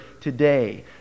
today